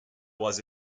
was